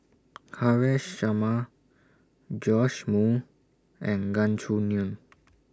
Haresh Sharma Joash Moo and Gan Choo Neo